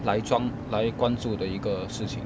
来装来关注的一个事情